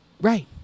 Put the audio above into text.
Right